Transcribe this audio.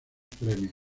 premios